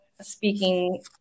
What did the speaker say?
speaking